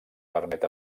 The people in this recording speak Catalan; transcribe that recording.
permet